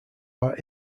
are